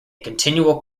continual